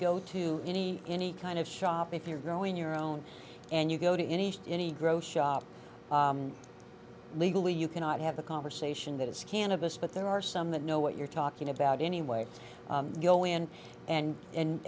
go to any any kind of shop if you're growing your own and you go to any any grow shop legally you cannot have a conversation that is cannabis but there are some that know what you're talking about anyway go in and